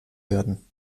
werden